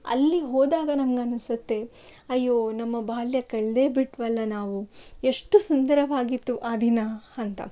ಅಲ್ಲಿಗೆ ಹೋದಾಗ ನಮಗನಿಸುತ್ತೆ ಅಯ್ಯೋ ನಮ್ಮ ಬಾಲ್ಯ ಕಳೆದೆ ಬಿಟ್ವಲ್ಲ ನಾವು ಎಷ್ಟು ಸುಂದರವಾಗಿತ್ತು ಆ ದಿನ ಅಂತ